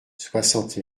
soixante